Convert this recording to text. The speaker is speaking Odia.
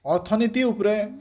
ଅର୍ଥନୀତି ଉପରେ